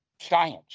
science